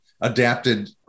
adapted